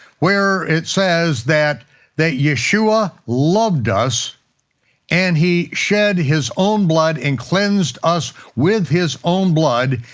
where it says that that yeshua loved us and he shed his own blood and cleansed us with his own blood,